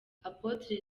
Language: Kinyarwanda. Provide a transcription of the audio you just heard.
apotre